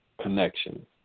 connection